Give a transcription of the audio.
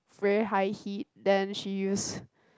very high heat then she use